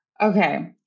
Okay